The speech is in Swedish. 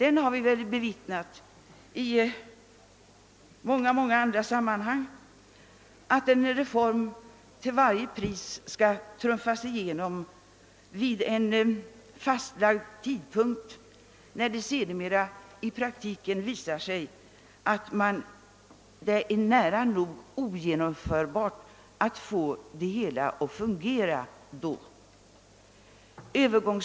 Vi har bevittnat i många andra sammanhang att man till varje pris velat trumfa igenom en reform vid en fastlagd tidpunkt och att det sedermera visat sig nära nog omöjligt att få det hela att fungera i praktiken.